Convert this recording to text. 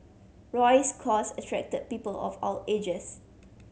Roy's cause attracted people of all ages